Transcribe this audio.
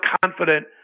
confident